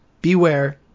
beware